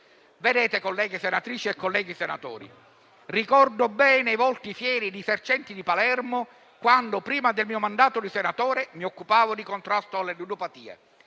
Vedete, colleghe senatrici e colleghi senatori, ricordo bene i volti fieri degli esercenti di Palermo, quando prima del mio mandato di senatore mi occupavo di contrasto alle ludopatie.